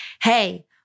hey